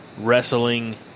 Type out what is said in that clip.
wrestling